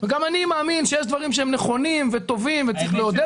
אני אומר שכאשר יש ספק, אין